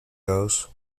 goes